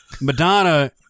Madonna